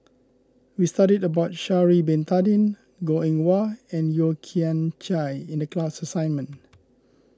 we studied about Sha'ari Bin Tadin Goh Eng Wah and Yeo Kian Chye in the class assignment